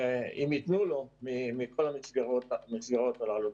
אם ייתנו לו, מכל המסגרות הללו.